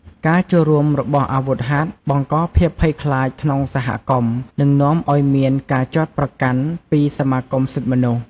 ការចូលរួមរបស់អាវុធហត្ថ បង្កភាពភ័យខ្លាចក្នុងសហគមន៍ និងនាំឲ្យមានការចោទប្រកាន់ពីសមាគមសិទ្ធិមនុស្ស។